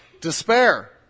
Despair